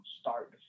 start